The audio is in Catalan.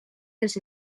dels